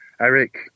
Eric